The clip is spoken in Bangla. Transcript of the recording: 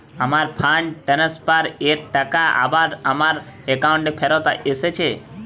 আমার ফান্ড ট্রান্সফার এর টাকা আবার আমার একাউন্টে ফেরত এসেছে